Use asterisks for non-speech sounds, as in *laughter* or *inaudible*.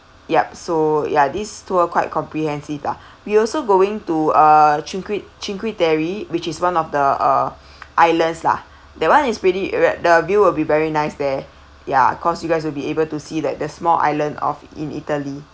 yup so ya these two are quite comprehensive lah *breath* we also going to uh cinque cinque terre which is one of the uh *breath* islands lah that one is really the the view will be very nice there ya cause you guys will be able to see that the small island of in italy